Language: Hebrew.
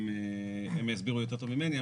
הם יסבירו יותר טוב ממני.